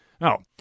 Now